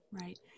Right